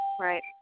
Right